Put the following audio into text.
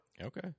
Okay